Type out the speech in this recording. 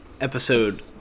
episode